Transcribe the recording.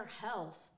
health